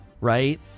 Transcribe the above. right